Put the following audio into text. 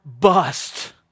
bust